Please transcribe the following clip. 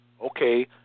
Okay